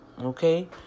Okay